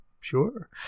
Sure